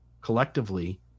collectively